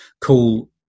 call